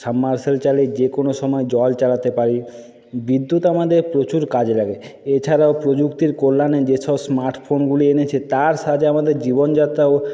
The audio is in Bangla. সাবমারসিবল চালিয়ে যে কোনো সময় জল চালাতে পারি বিদ্যুৎ আমাদের প্রচুর কাজে লাগে এছাড়াও প্রযুক্তির কল্যাণে যেসব স্মার্ট ফোনগুলি এনেছে তার সাথে আমাদের জীবনযাত্রাও